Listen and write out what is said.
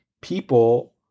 people